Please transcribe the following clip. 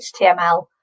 HTML